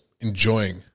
enjoying